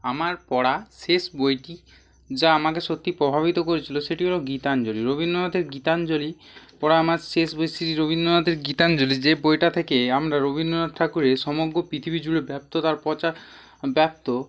আমার পড়া শেষ বইটি যা আমাকে সত্যি প্রভাবিত করেছিল সেটি হলো গীতাঞ্জলি রবীন্দ্রনাথের গীতাঞ্জলি পড়া আমার শেষ বই শ্রী রবীন্দ্রনাথের গীতাঞ্জলি যে বইটা থেকে আমরা রবীন্দ্রনাথ ঠাকুরের সমগ্র পৃথিবী জুড়ে ব্যাপ্ততার পচা ব্যক্ত